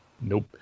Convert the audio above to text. Nope